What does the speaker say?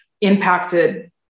impacted